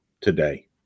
today